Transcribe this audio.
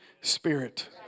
Spirit